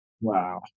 Wow